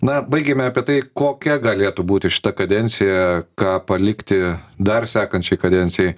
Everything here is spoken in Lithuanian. na baigėme apie tai kokia galėtų būti šita kadencija ką palikti dar sekančiai kadencijai